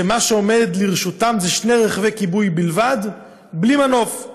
שמה שעומד לרשותם הם שני רכבי כיבוי בלבד בלי מנוף.